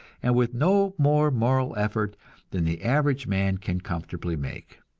and with no more moral effort than the average man can comfortably make.